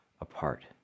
apart